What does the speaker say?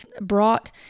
brought